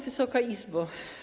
Wysoka Izbo!